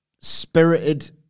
spirited